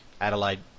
Adelaide